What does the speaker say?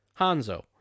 Hanzo